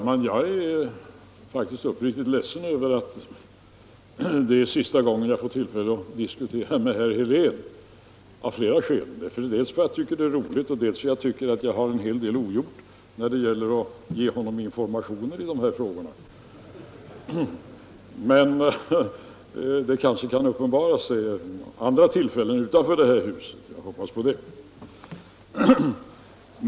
Herr talman! Av flera skäl är jag uppriktigt ledsen över att det är sista gången som jag får tillfälle att diskutera med herr Helén här i kammaren. Dels tycker jag det är roligt att diskutera med honom, dels tycker jag att jag har en hel del ogjort när det gäller att ge honom informationer i dessa frågor. Men jag hoppas det kan uppenbara sig andra tillfällen utanför detta hus att diskutera med honom.